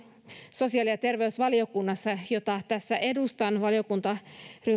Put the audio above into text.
sosiaali ja terveysvaliokunnassa perussuomalaisten valiokuntaryhmä jota tässä edustan valiokuntaryhmän